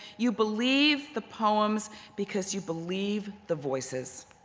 you believe the poems because you believe the voices.